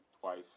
twice